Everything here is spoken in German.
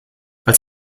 als